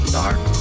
dark